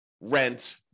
rent